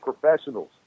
professionals